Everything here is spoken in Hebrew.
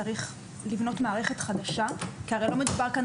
צריך לבנות מערכת חדשה כי הרי לא מדובר כאן